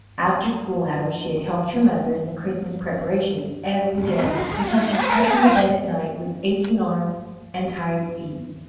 after school hours she had helped her mother in the christmas preparations every day until she crept into bed at night with aching arms and tired feet,